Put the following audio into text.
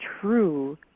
true